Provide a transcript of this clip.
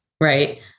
Right